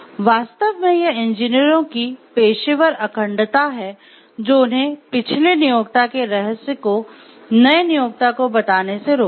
वास्तव में यह इंजीनियरों की पेशेवर अखंडता है जो उन्हें पिछले नियोक्ता के रहस्य को नए नियोक्ता को बताने से रोकता है